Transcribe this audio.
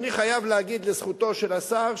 אני חייב להגיד לזכותו של השר,